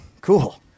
Cool